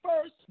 first